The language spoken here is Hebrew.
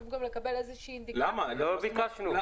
לא ביקשנו.